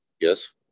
Yes